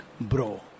bro